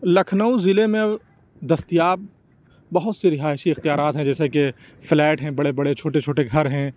لکھنؤ ضلعے میں دستیاب بہت سے رہائشی اختیارات ہیں جیسے کہ فلیٹ ہیں بڑے بڑے چھوٹے چھوٹے گھر ہیں